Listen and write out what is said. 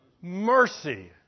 Mercy